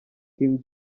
king